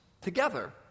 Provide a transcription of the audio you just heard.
together